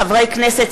חברי כנסת,